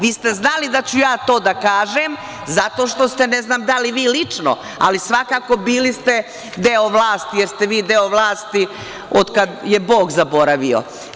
Vi ste znali da ću ja to da kažem, zato što ste, ne znam da li vi lično, ali svakako bili ste deo vlasti, jer ste vi deo vlasti od kad je bog zaboravio.